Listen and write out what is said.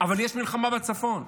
אבל יש מלחמה בצפון.